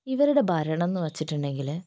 ഇവരുടെ ഭരണം എന്നു വച്ചിട്ടുണ്ടെങ്കിൽ